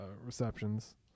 receptions